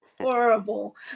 Horrible